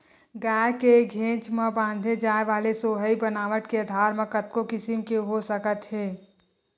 गाय के घेंच म बांधे जाय वाले सोहई बनावट के आधार म कतको किसम के हो सकत हे